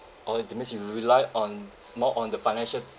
orh that means you rely on more on the financial